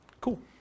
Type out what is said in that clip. Cool